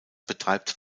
betreibt